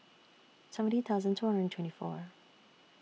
seventy thousand two hundred and twenty four